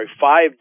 five